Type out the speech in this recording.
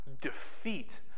defeat